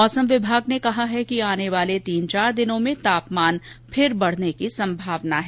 मौसम े विभाग ने कहा है कि आने वाले तीन चार दिनों में तापमान फिर बढने की संभावना है